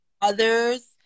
others